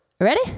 ready